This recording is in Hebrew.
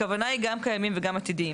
הכוונה היא גם קיימים וגם עתידיים.